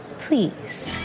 Please